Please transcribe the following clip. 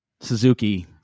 Suzuki